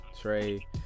Trey